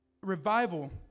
revival